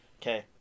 Okay